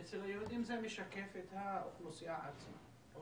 אצל היהודים זה משקף את האוכלוסייה עצמה?